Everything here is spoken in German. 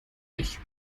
ich